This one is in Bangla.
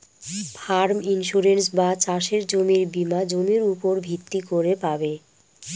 ফার্ম ইন্সুরেন্স বা চাসের জমির বীমা জমির উপর ভিত্তি করে পাবে